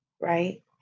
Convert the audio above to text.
right